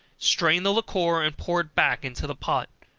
strain the liquor and pour it back into the pot,